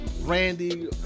Randy